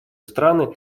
страны